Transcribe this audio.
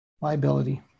Liability